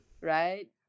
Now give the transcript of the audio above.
right